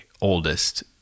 oldest